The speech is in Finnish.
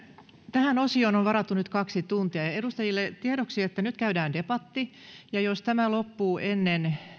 tähän osioon on varattu nyt kaksi tuntia edustajille tiedoksi että nyt käydään debatti ja jos tämä loppuu ennen